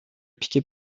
piqué